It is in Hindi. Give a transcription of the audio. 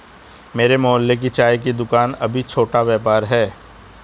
मेरे मोहल्ले की चाय की दूकान भी छोटा व्यापार है